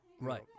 right